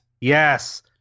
Yes